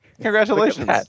congratulations